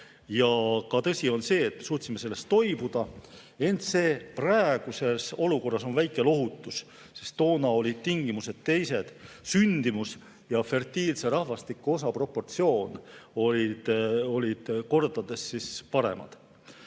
Tõsi on ka see, et me suutsime sellest toibuda. Ent praeguses olukorras on see väike lohutus, sest toona olid tingimused teised, sündimus ja fertiilse rahvastiku osa proportsioon olid kordades paremad.